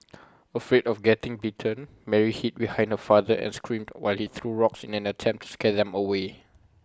afraid of getting bitten Mary hid behind her father and screamed while he threw rocks in an attempt scare them away